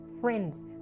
friends